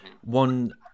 one